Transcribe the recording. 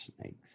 snakes